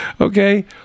Okay